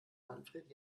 manfred